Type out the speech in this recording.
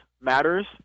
matters